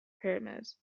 pyramids